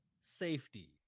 Safety